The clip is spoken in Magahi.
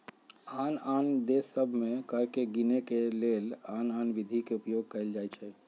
आन आन देश सभ में कर के गीनेके के लेल आन आन विधि के उपयोग कएल जाइ छइ